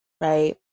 right